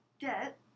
debt